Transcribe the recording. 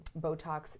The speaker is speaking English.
Botox